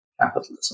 capitalism